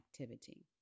activity